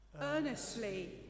earnestly